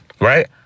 right